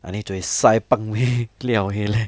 ah 你最 sai pang meh liao eh leh